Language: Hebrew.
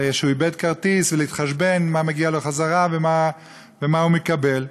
כשהוא מאבד כרטיס ולהתחשבן מה מגיע לו חזרה ומה הוא מקבל,